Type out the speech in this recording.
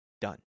done